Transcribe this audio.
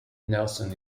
nelson